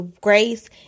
grace